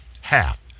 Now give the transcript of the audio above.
half